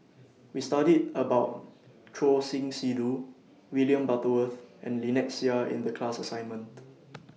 We studied about Choor Singh Sidhu William Butterworth and Lynnette Seah in The class assignment